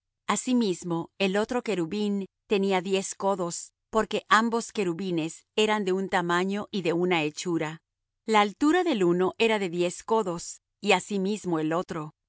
asimismo el otro querubín tenía diez codos porque ambos querubines eran de un tamaño y de una hechura la altura del uno era de diez codos y asimismo el otro